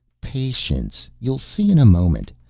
patience you'll see in a moment.